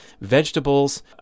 vegetables